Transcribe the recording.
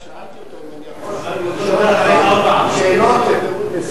אני רק שאלתי אותו אם אני יכול לשאול אחר